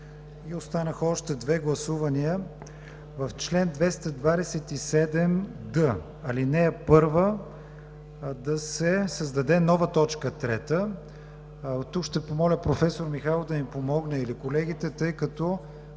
Останаха още две гласувания. В чл. 227д, ал. 1, да се създаде нова т. 3. Тук ще помоля професор Михайлов да ми помогне, или колегите, тъй като